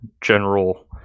general